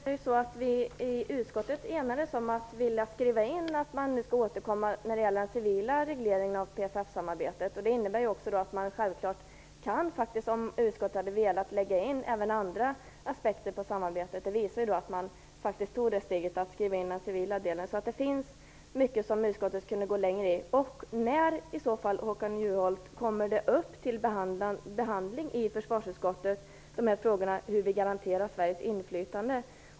Fru talman! Vi enades i utskottet om att vilja skriva in att man skall återkomma när det gäller den civila regleringen av PFF-samarbetet. Det innebär också att man självklart kunde, om utskottet hade velat, ha lagt in även andra aspekter på samarbetet. Det visar också det faktum att man tog steget att skriva in den civila delen. Det finns mycket där utskottet kunde gå längre. När kommer, Håkan Juholt, frågan om hur vi garanterar Sveriges inflytande i så fall upp till behandling i försvarsutskottet?